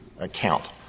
account